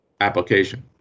application